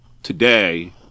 today